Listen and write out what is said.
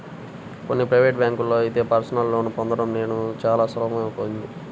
కొన్ని ప్రైవేటు బ్యాంకుల్లో అయితే పర్సనల్ లోన్ పొందడం నేడు చాలా సులువయిపోయింది